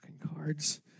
cards